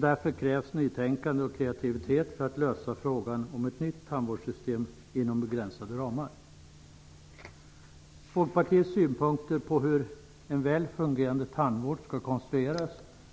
Därför krävs nytänkande och kreativitet för att lösa frågan om ett nytt tandvårdssystem inom begränsade ramar. Folkpartiets synpunkter på hur en väl fungerande tandvård skall konstrueras